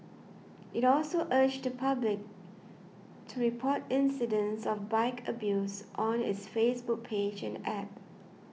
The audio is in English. it also urged the public to report incidents of bike abuse on its Facebook page and App